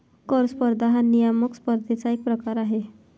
कर स्पर्धा हा नियामक स्पर्धेचा एक प्रकार आहे